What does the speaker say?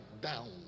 down